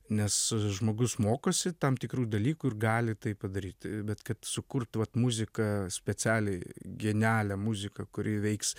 nes žmogus mokosi tam tikrų dalykų ir gali tai padaryti bet kad sukurt vat muziką specialiai genialią muziką kuri veiks